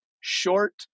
short